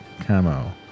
camo